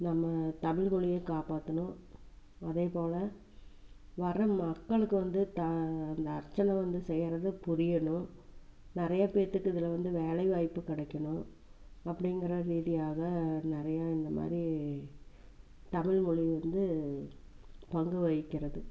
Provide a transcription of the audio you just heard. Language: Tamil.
நம்ம தமிழ் மொழியை காப்பாற்றணும் அதேபோல வர மக்களுக்கு வந்து த இந்த அர்ச்சனை வந்து செய்யறது புரியணும் நிறைய பேர்துக்கு இதில் வந்து வேலை வாய்ப்பு கிடைக்கணும் அப்படிங்கிற ரீதியாக நிறைய இந்தமாதிரி தமிழ் மொழி வந்து பங்கு வகிக்கிறது